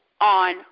on